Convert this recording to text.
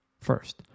first